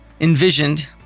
envisioned